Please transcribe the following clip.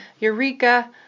Eureka